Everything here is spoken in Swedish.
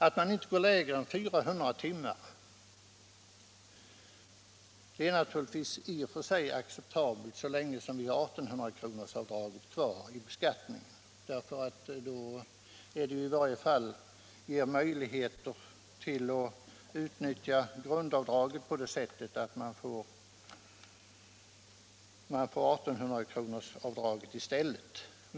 Att inte gå lägre än till 400 timmar kan kanske accepteras, så länge vi har avdraget på 1800 kr. kvar i beskattningen. Då kan man ju få detta grundavdrag i stället.